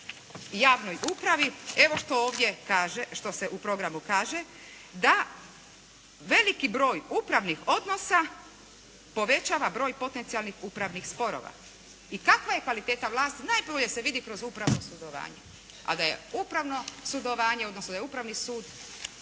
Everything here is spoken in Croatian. javnoj upravi evo što ovdje kaže, što se u programu kaže. Da veliki broj upravnih odnosa povećava broj potencijalnih upravnih sporova i kakva je kvaliteta vlasti najbolje se vidi kroz upravno sudovanje, a da je upravno sudovanje, odnosno da je Upravni sud